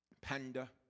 panda